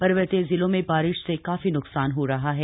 पर्वतीय जिलों में बारिश से काफी न्कसान हो रहा है